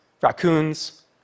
raccoons